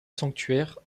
sanctuaire